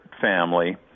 family